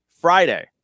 Friday